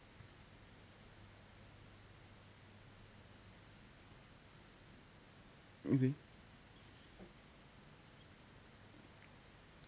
okay